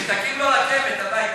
תקים לו רכבת הביתה.